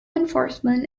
enforcement